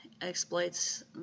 exploits